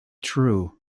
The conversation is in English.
true